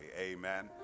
Amen